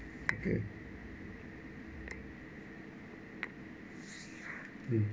okay mm